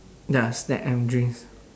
ya snack and drinks